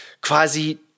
quasi